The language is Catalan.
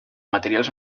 materials